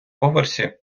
поверсі